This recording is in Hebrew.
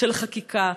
של חקיקה.